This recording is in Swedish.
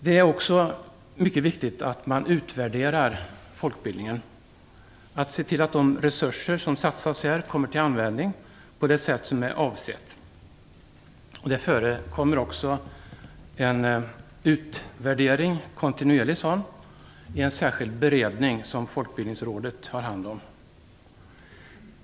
Det är också mycket viktigt att man utvärderar folkbildningen och ser till att de resurser som satsas här kommer till användning på det sätt som är avsett. Det förekommer också en kontinuerlig utvärdering i en särskild beredning som Folkbildningsrådet har hand om.